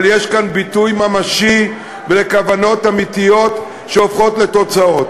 אבל יש כאן ביטוי ממשי לכוונות אמיתיות שהופכות לתוצאות.